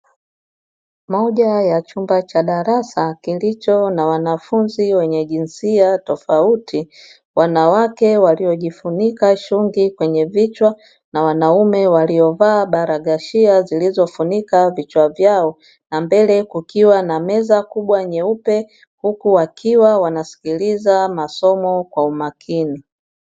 Moja ya chumba cha darasa, kilicho na wanafunzi wenye jinsia tofauti, wanawake waliojifunika shungi kwenye vichwa na wanaume waliovaa barakhashia zilizofunika vichwa vyao, na mbele kukiwa na meza kubwa nyeupe, huku wakiwa wanasikiliza kwa umakini.